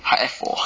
她 F 我